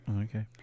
Okay